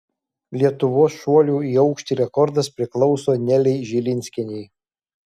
lietuvos šuolių į aukštį rekordas priklauso nelei žilinskienei